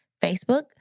Facebook